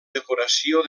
decoració